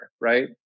right